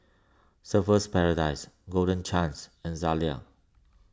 Surfer's Paradise Golden Chance and Zalia